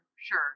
Sure